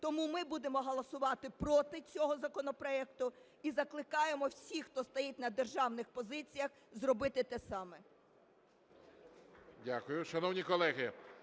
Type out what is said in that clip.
Тому ми будемо голосувати проти цього законопроекту і закликаємо всіх, хто стоїть на державних позиціях, зробити те саме.